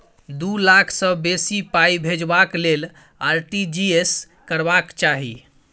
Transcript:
दु लाख सँ बेसी पाइ भेजबाक लेल आर.टी.जी एस करबाक चाही